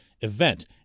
event